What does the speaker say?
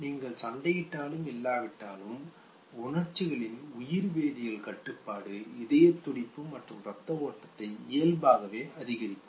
நீங்கள் சண்டையிட்டாலும் இல்லாவிட்டாலும் உணர்ச்சிகளின் உயிர்வேதியியல் கட்டுப்பாடு இதயத் துடிப்பு மற்றும் இரத்த ஓட்டத்தை இயல்பாகவே அதிகரிக்கும்